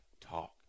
talk